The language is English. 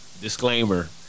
Disclaimer